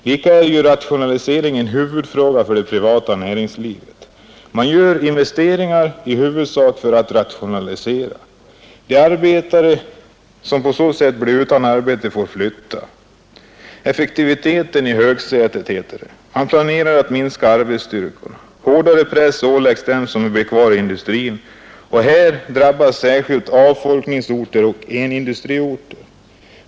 Likaså är ju rationalisering en huvudfråga för det privata näringslivet. Man gör investeringar i huvudsak för att rationalisera. De arbetare som på det sättet blir utan arbete får flytta. Det heter att effektiviteten skall stå i högsätet. Man planerar att minska arbetsstyrkorna, och hårdare press lägges på dem som blir kvar i industrin. Det här drabbar särskilt hårt avfolkningsorter och enindustriorter.